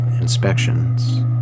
inspections